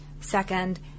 second